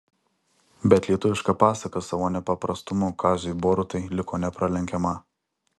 bet lietuviška pasaka savo nepaprastumu kaziui borutai liko nepralenkiama